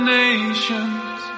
nations